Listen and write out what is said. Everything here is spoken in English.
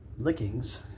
lickings